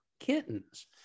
kittens